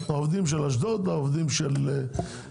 גם העובדים של אשדוד וגם העובדים של חיפה.